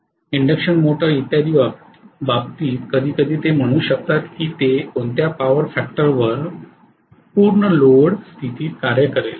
induction motor इत्यादी बाबतीत कधीकधी ते म्हणू शकतात की ते कोणत्या पॉवर फॅक्टरवर पूर्ण लोड स्थितीत कार्य करेल